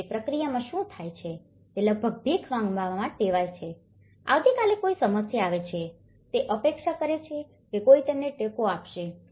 અને તે પ્રક્રિયામાં શું થાય છે તે લગભગ ભીખ માંગવામાં ટેવાય છે આવતી કાલે કોઈ સમસ્યા આવે છે તે અપેક્ષા કરે છે કે કોઈ તેમને ટેકો આપશે